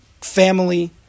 family